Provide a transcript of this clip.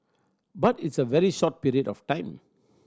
but it's a very short period of time